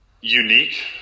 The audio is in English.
Unique